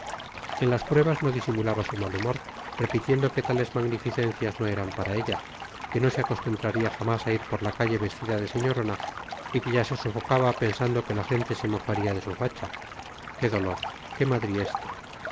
en las pruebas no disimulaba su mal humor repitiendo que tales magnificencias no eran para ella que no se acostumbraría jamás a ir por la calle vestida de señorona y que ya se sofocaba pensando que la gente se mofaría de su facha qué dolor qué madrid este